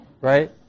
Right